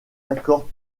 accords